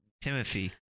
Timothy